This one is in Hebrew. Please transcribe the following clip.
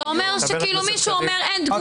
זה אומר שמישהו אומר: אין תגובות,